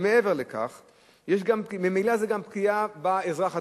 מעבר לכך, יש גם פגיעה באזרח עצמו.